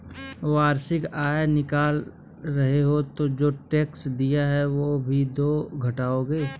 वार्षिक आय निकाल रहे हो तो जो टैक्स दिए हैं वो भी तो घटाओ